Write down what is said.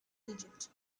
egypt